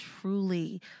truly